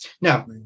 now